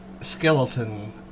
skeleton